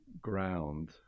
ground